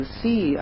see